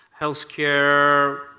healthcare